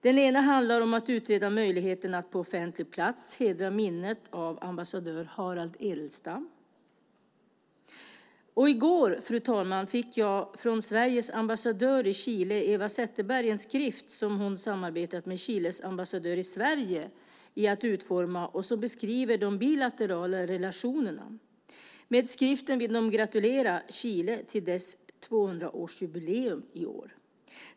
Den ena reservationen handlar om att utreda möjligheten att på offentlig plats hedra minnet av ambassadör Harald Edelstam. I går, fru talman, fick jag från Sveriges ambassadör i Chile Eva Zetterberg en skrift som hon har samarbetat med Chiles ambassadör i Sverige om att utforma och som beskriver de bilaterala relationerna. Med skriften vill de gratulera Chile till dess 200-årsjubileum i år.